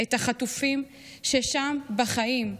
את החטופים ששם בחיים.